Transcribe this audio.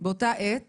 באתה העת